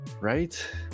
Right